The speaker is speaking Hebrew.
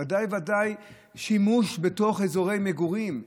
ודאי וודאי שימוש באזורי מגורים.